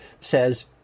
says